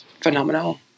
phenomenal